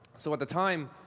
so, at the time,